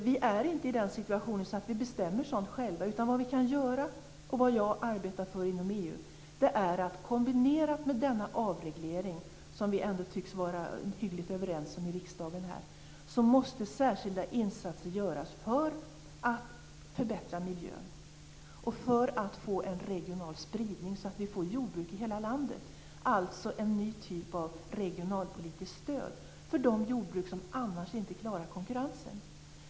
Vi är inte i den situationen att vi bestämmer sådant själva. Vad vi kan göra och vad jag arbetar för inom EU är att kombinerat med denna avreglering - som vi ändå tycks vara hyggligt överens om här i riksdagen - måste särskilda insatser göras för att förbättra miljön och för att få en regional spridning så att det blir jordbruk i hela landet, alltså en ny typ av regionalpolitiskt stöd för de jordbruk som annars inte klarar konkurrensen.